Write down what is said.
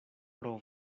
pro